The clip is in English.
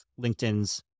LinkedIn's